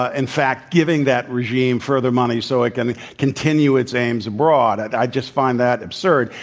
ah in fact, giving that regime further money so it can continue its aims abroad. i just find that absurd.